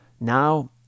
now